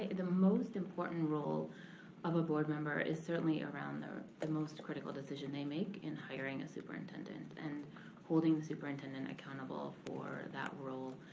ah the most important role of a board member is certainly around the most critical decision they make in hiring a superintendent. and holding the superintendent accountable for that role.